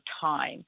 time